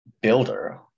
builder